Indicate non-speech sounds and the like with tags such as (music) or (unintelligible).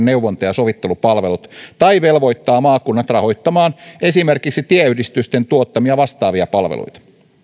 (unintelligible) neuvonta ja sovittelupalvelut tai velvoittaa maakunnat rahoittamaan esimerkiksi tieyhdistysten tuottamia vastaavia palveluita